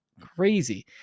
crazy